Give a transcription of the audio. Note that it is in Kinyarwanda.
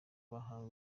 bahawe